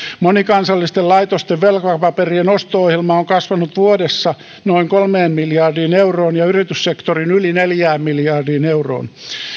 monikansallisten laitosten velkapaperien osto ohjelma on kasvanut vuodessa noin kolmeen miljardiin euroon ja yrityssektorin yli neljään miljardiin euroon